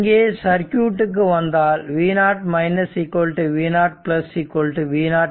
இங்கே சர்க்யூட்டுக்கு வந்தால் v0 v0 v0